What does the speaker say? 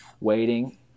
waiting